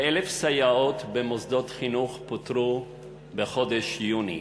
כ-1,000 סייעות במוסדות חינוך פוטרו בחודש יוני.